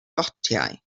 gotiau